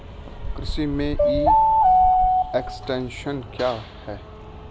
कृषि में e extension क्या है?